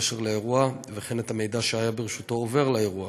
בהקשר של האירוע וכן את המידע שהיה ברשותו עובר לאירוע.